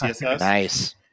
Nice